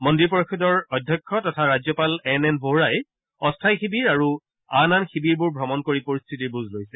মন্দিৰ পৰিষদৰ অধ্যক্ষ তথা ৰাজ্যপাল এন এন ভোহৰাই অস্থায়ী শিবিৰ আৰু আন আন শিবিৰবোৰ ভ্ৰমণ কৰি পৰিস্থিতিৰ বুজ লৈছে